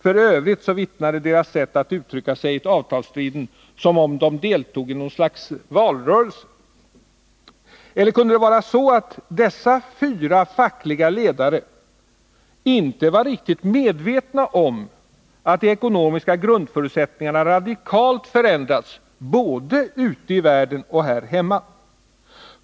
F. ö. uttryckte de sig i avtalsstriden som om de deltog i något slags hätsk valrörelse. Eller kunde det vara så att dessa fyra fackliga ledare inte var riktigt medvetna om att de ekonomiska grundförutsättningarna radikalt förändrats både ute i världen och här hemma?